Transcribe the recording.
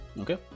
Okay